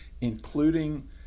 including